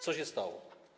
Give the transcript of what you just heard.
Co się stało?